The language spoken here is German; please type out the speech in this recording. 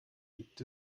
gibt